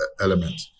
element